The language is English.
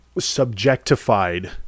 subjectified